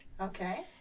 Okay